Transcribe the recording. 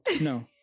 no